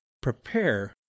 prepare